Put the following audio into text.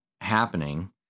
happening